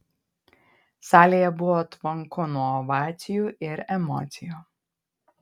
salėje buvo tvanku nuo ovacijų ir emocijų